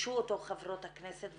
שביקשו אותו חברות הכנסת,